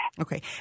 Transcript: Okay